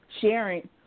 sharing